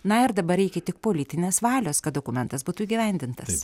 na ir dabar reikia tik politinės valios kad dokumentas būtų įgyvendintas